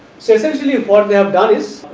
so, essentially what they have done is.